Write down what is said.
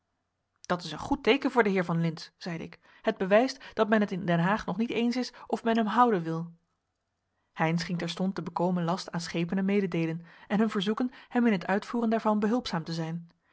dat is een goed teeken voor den heer van lintz zeide ik het bewijst dat men het in den haag nog niet eens is of men hem houden wil heynsz ging terstond den bekomen last aan schepenen mededeelen en hun verzoeken hem in het uitvoeren daarvan behulpzaam te zijn